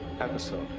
episode